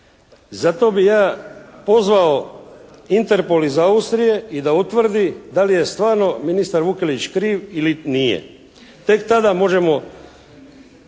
Zato bih ja pozvao Interpol iz Austrije i da utvrdi da li je stvarno ministar Vukelić kriv ili nije? Tek tada možemo